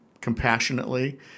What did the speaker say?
compassionately